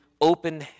open